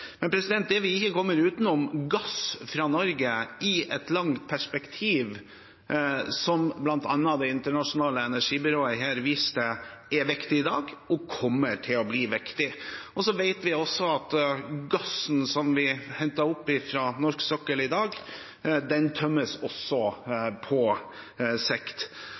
det vi ikke kommer utenom i et langt perspektiv, er gass fra Norge, som bl.a. Det internasjonale energibyrået viste til er viktig i dag og kommer til å bli viktig. Så vet vi også at gassen vi henter opp fra norsk sokkel i dag, tømmes på sikt. Hvis man tar inn over seg den